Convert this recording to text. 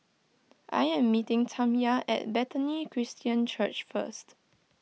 I am meeting Tamya at Bethany Christian Church first